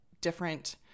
different